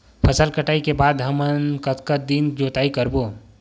फसल कटाई के बाद हमन कतका दिन जोताई करबो?